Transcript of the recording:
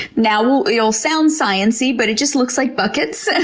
now, it'll sound sciency, but it just looks like buckets. and